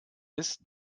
ist